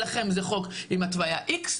שלכם זה חוק עם התוויה X,